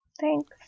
Thanks